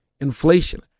inflation